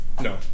No